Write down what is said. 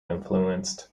influenced